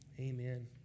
amen